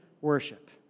worship